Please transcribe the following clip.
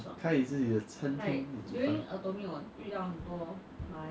you can earn a hundred thousand dollars off all the beginners who do wrongly